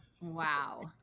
wow